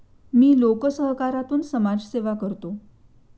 मी लोकसहकारातून समाजसेवा करतो